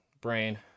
brain